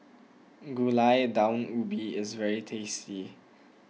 Gulai Daun Ubi is very tasty